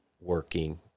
working